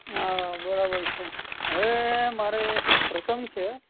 હા બરાબર છે હવે મારે પ્રસંગ છે